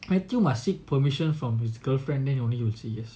matthew must seek permission from his girlfriend then only he will say yes